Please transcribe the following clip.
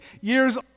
years